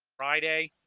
friday